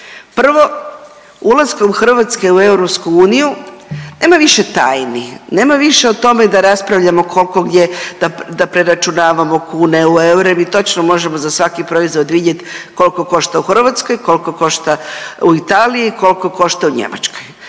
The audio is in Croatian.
Prvo ulaskom Hrvatske u EU nema više tajni, nema više o tome da raspravljamo koliko gdje, da preračunavamo kune u eure, mi točno možemo za svaki proizvod vidjeti koliko košta u Hrvatskoj, koliko košta u Italiji, koliko košta u Njemačkoj.